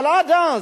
אבל עד אז,